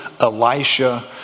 Elisha